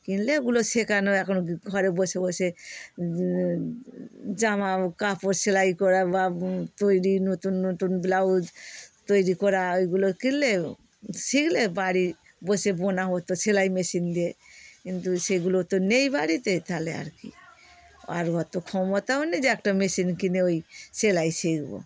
কিনলে ওগুলো শেখানো এখন ঘরে বসে বসে জামা কাপড় সেলাই করা বা তৈরি নতুন নতুন ব্লাউজ তৈরি করা ওইগুলো কিনলে শিখলে বাড়ি বসে বোনা হতো সেলাই মেশিন দিয়ে কিন্তু সেগুলো তো নেই বাড়িতে তাহলে আর কি আরও হয়তো ক্ষমতাও নেই যে একটা মেশিন কিনে ওই সেলাই শিখবো